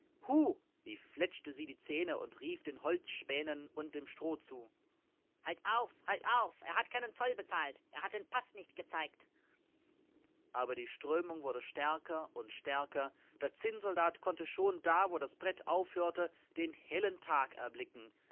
wie fletschte sie die zähne und rief den holzspänen und dem stroh zu halt auf halt auf er hat keinen zoll bezahlt er hat den paß nicht gezeigt aber die strömung wurde stärker und stärker der zinnsoldat konnte schon da wo das brett aufhörte den hellen tag erblicken